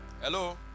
Hello